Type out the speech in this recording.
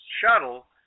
shuttle